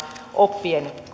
oppien